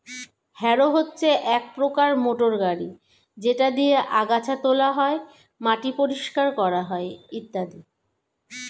harrow হচ্ছে এক প্রকার মোটর গাড়ি যেটা দিয়ে আগাছা তোলা হয়, মাটি পরিষ্কার করা হয় ইত্যাদি